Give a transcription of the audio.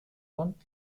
und